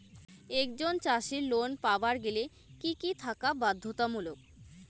একজন চাষীর লোন পাবার গেলে কি কি থাকা বাধ্যতামূলক?